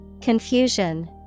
Confusion